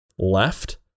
left